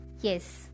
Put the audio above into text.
Yes